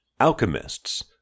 Alchemists